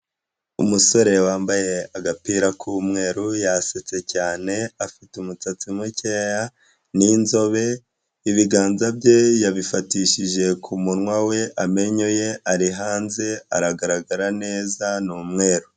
Umusore wambaye agapira k'umweru yasetse cyane afite umusatsi mukeya, ni inzobe, ibiganza bye yabifatishije ku munwa we, amenyo ye ari hanze aragaragara neza ni umweru.